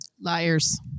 Liars